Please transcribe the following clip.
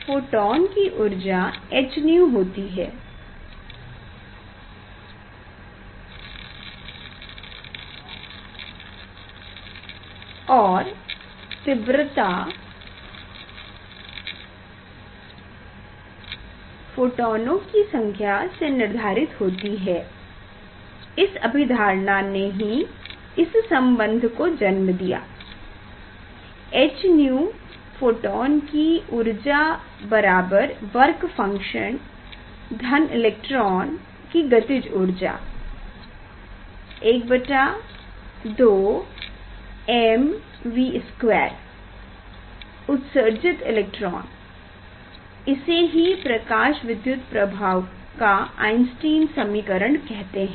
photon की ऊर्जा h𝛎 होती है और तीव्रता फोटोनों की संख्या से निर्धारित होती है इस अभिधारणा ने ही इस संबंध को जन्म दिया h𝛎 फोटोन की ऊर्जा बराबर वर्क फंकशन धन इलेक्ट्रॉन की गतिज ऊर्जा 12 mv2 उत्सर्जित इलेक्ट्रॉन इसे ही प्रकाश विद्युत प्रभाव का आइन्सटाइन समीकरण कहते है